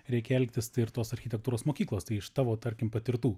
reikia elgtis tai ir tos architektūros mokyklos tai iš tavo tarkim patirtų